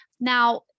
now